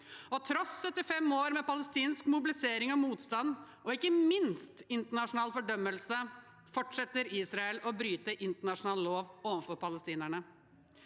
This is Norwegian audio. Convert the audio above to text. Tross 75 år med palestinsk mobilisering og motstand – og ikke minst internasjonal fordømmelse – fortsetter Israel å bryte internasjonal lov overfor palestinerne.